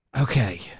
Okay